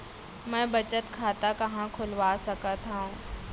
मै बचत खाता कहाँ खोलवा सकत हव?